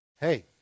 hey